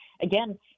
again